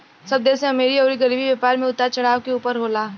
सब देश में अमीरी अउर गरीबी, व्यापार मे उतार चढ़ाव के ऊपर होला